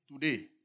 today